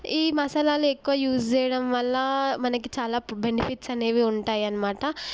ఈ మసాలాలు ఎక్కువ యూస్ చేయడం వల్ల మనకి చాలా బెనిఫిట్స్ అనేవి ఉంటాయన్నమాట